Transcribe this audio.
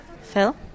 Phil